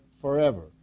forever